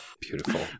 Beautiful